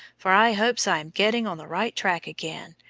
for i hopes i am getting on the right track again,